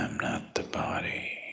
the body